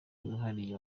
wihariye